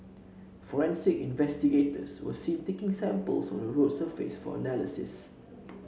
forensic investigators were seen taking samples of the road surface for analysis